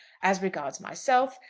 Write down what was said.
as regards myself,